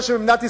שבמדינת ישראל,